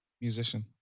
Musician